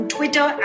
Twitter